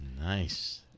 Nice